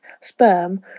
sperm